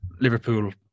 Liverpool